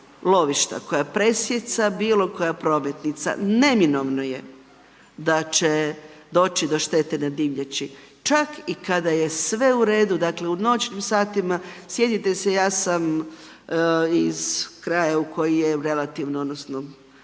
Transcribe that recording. koja presijeca bilo koja prometnica, neminovno je da će doći do štete na divljači, čak i kada je sve u redu, dakle u noćnim satima, sjetite se ja sam iz kraja u koji je relativno, odnosno